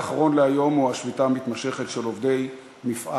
הנושא האחרון להיום הוא: השביתה המתמשכת של עובדי כי"ל,